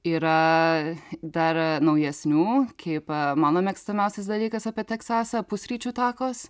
yra dar naujesnių kaip mano mėgstamiausias dalykas apie teksasą pusryčių takos